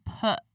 put